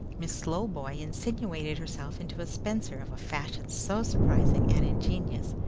miss slowboy insinuated herself into a spencer of a fashion so surprising and ingenious,